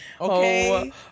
Okay